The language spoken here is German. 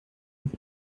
als